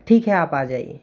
ठीक है आप आ जाइए